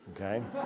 okay